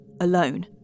alone